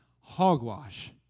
hogwash